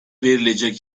verilecek